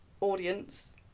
audience